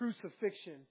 crucifixion